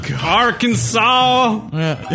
Arkansas